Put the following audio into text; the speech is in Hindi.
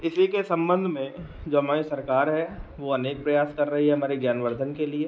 इसी के सम्बन्ध में जो हमारी सरकार है वह अनेक प्रयास कर रही है हमारे ज्ञानवर्धन के लिए